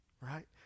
right